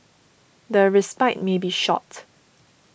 the respite may be short